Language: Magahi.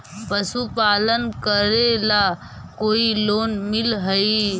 पशुपालन करेला कोई लोन मिल हइ?